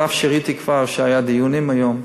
אף שראיתי כבר שהיו דיונים היום,